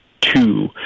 two